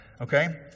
okay